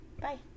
Bye